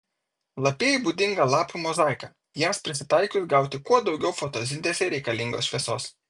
lapijai būdinga lapų mozaika jiems prisitaikius gauti kuo daugiau fotosintezei reikalingos šviesos